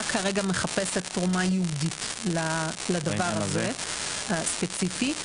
כרגע מחפשת תרומה ייעודית לדבר הזה ספציפית.